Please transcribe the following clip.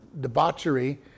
debauchery